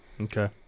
Okay